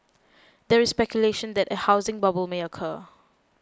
there is speculation that a housing bubble may occur